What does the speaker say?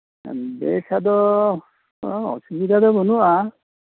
ᱦᱮᱸ ᱵᱮᱥ ᱟᱫᱚ ᱚᱥᱵᱤᱫᱷᱟ ᱫᱚ ᱵᱟᱹᱱᱩᱜᱼᱟ